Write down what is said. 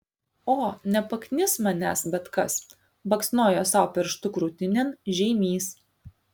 o nepaknis manęs bet kas baksnojo sau pirštu krūtinėn žeimys